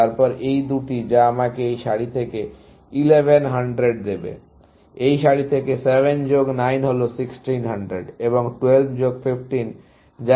তারপর এই দুটি যা আমাকে এই সারি থেকে 1100 দেবে এই সারি থেকে 7 যোগ 9 হল 1600 এবং 12 যোগ 15 যা এই সারি থেকে 2700